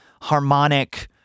harmonic